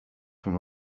from